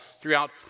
throughout